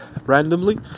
randomly